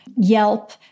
yelp